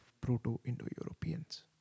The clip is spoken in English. Proto-Indo-Europeans